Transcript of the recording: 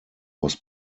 was